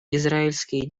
израильские